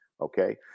Okay